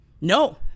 No